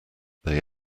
they